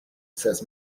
says